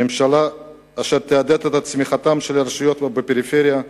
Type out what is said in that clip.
ממשלה אשר תעודד את צמיחת הרשויות בפריפריה,